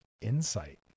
insight